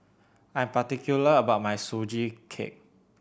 I am particular about my Sugee Cake